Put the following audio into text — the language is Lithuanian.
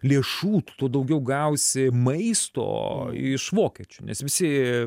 lėšų tuo daugiau gausi maisto iš vokiečių nes visi